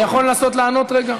אני יכול לנסות לענות רגע?